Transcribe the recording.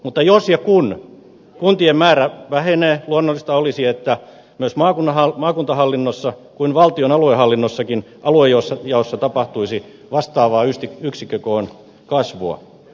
mutta jos ja kun kuntien määrä vähenee luonnollista olisi että niin maakuntahallinnossa kuin valtion aluehallinnossakin aluejaossa tapahtuisi vastaavaa yksikkökoon kasvua